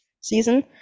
season